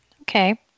Okay